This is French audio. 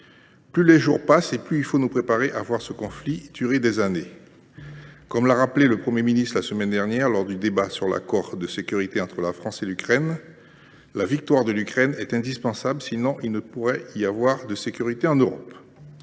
Plus les jours passent, et plus il faut nous préparer à voir ce conflit durer des années. Comme l’a rappelé le Premier ministre la semaine dernière lors du débat sur l’accord bilatéral de sécurité entre la France et l’Ukraine, la victoire de l’Ukraine est indispensable. À défaut, il ne pourrait y avoir de sécurité en Europe.